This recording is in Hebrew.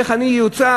איך אני אוצג,